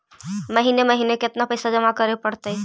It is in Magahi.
महिने महिने केतना पैसा जमा करे पड़तै?